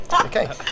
Okay